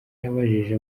yabajije